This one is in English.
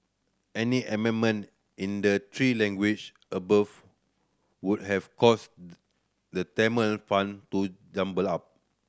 any amendment in the three language above would have caused the Tamil font to jumble up